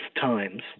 times